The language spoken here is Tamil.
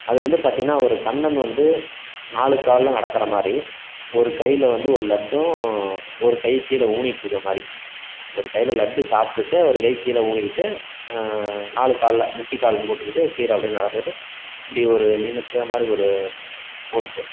அது வந்து பார்த்திங்கன்னா ஒரு கண்ணன் வந்து நாலு கால்ல நடக்கிற மாதிரி ஒரு கையில் வந்து ஒரு லட்டும் ஒரு கை கீழே ஊனீகிட்டு இருக்கிற மாதிரி ஒரு கையில் லட்டு சாப்டுகிட்டு ஒரு கை கீழே ஊனிக்கிட்டு நாலு கால்ல முட்டிக்கால்லும் போட்டுக்கிட்டு கீழே அப்படியே நடந்துட்டு அப்படி ஒரு நின்னுக்கிற மாதிரி ஒரு போஸ்